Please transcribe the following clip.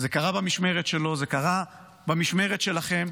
זה קרה במשמרת שלו, זה קרה במשמרת שלכם,